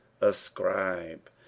ascribe